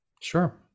sure